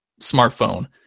smartphone